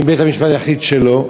אם בית-המשפט יחליט שלא,